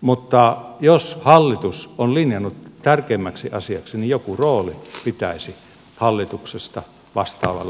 mutta jos hallitus on linjannut tämän tärkeimmäksi asiaksi niin joku rooli pitäisi hallituksesta vastaavalla pääministerillä olla